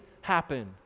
happen